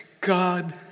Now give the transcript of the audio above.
God